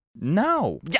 no